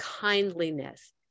Kindliness